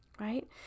right